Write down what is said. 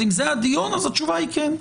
אם זה הדיון התשובה היא כן.